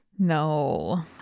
No